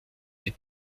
die